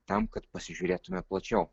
tam kad pasižiūrėtume plačiau